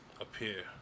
appear